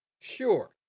Sure